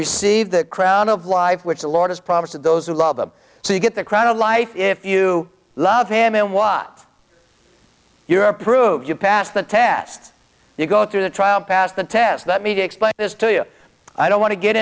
receive the crown of life which the lord has promised that those who love them so you get the crown of life if you love him and watch your approved you pass the test you go through the trial and pass the test that me to explain this to you i don't want to get